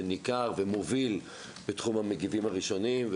ניכר ומוביל בתחום המגיבים הראשונים,